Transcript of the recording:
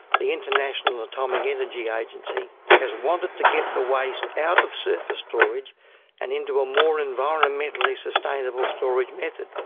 the international atomic energy agency has wanted to get the waste out of surface storage and into a more environmentally sustainable storage method.